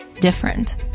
different